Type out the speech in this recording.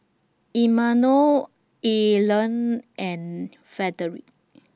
Imanol Arlen and Frederick